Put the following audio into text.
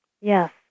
Yes